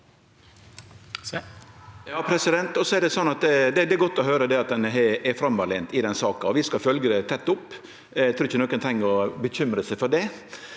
Det er godt å høyre at ein er framoverlent i den saka. Vi skal følgje det tett opp, eg trur ikkje nokon treng å bekymre seg for det.